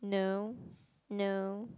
no no